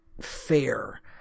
fair